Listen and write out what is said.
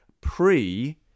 Pre